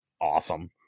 awesome